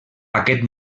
aquest